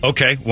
Okay